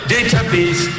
Database